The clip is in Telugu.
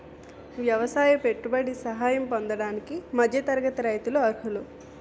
ఎవసాయ పెట్టుబడి సహాయం పొందడానికి మధ్య తరగతి రైతులు అర్హులు